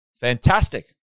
fantastic